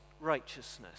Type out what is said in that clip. righteousness